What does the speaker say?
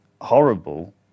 horrible